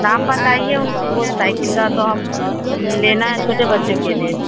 नाम बताइए उन वो साइकिल का तो हम लेना है छोटे बच्चे के लिए